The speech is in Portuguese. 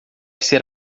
ser